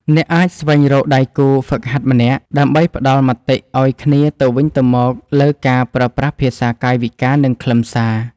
អ្នកអាចស្វែងរកដៃគូហ្វឹកហាត់ម្នាក់ ដើម្បីផ្ដល់មតិឱ្យគ្នាទៅវិញទៅមកលើការប្រើប្រាស់ភាសាកាយវិការ និងខ្លឹមសារ។